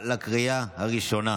הכנסת,